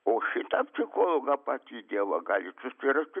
o šitą psichologą patį dievą galit susirasti